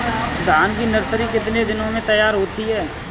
धान की नर्सरी कितने दिनों में तैयार होती है?